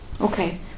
okay